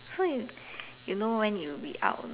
so you you know when it will be out or not